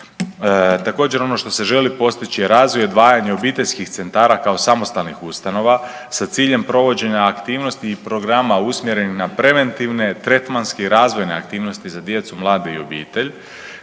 Također, ono što se želi postići je razvoj i odvajanje obiteljskih centara kao samostalnih ustanova sa ciljem provođenja aktivnosti i programa usmjerenih na preventivne, tretmanske i razvojne aktivnosti za djecu, mlade i obitelj,